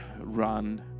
run